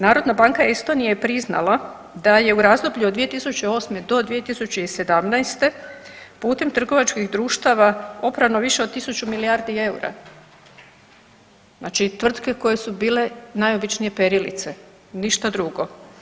Narodna banka Estonije je priznala da je u razdoblju od 2008.-2017. putem trgovačkih društava oprano više od tisuću milijardi eura, znači tvrtke koje su bile najobičnije perilice i ništa drugo.